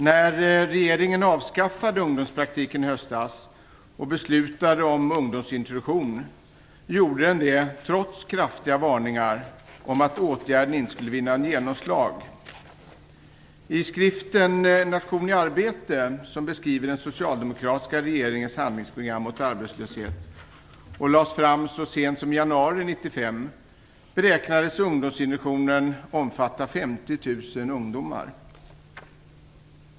När regeringen avskaffade ungdomspraktiken i höstas och beslutade om ungdomsintroduktion gjorde den det trots kraftiga varningar om att åtgärden inte skulle vinna något genomslag. I skriften En nation i arbete, som beskriver den socialdemokratiska regeringens handlingsprogram mot arbetslöshet och lades fram så sent som i januari 1995, beräknas ungdomsintroduktionen omfatta 50 000 ungdomar.